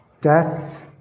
Death